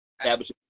establish